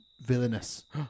villainous